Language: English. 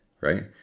right